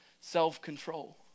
Self-control